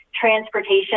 transportation